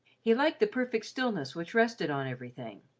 he liked the perfect stillness which rested on everything.